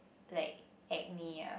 like acne ah